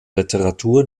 literatur